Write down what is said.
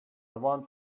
want